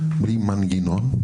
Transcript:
בלי מנגנון,